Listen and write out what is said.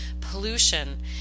pollution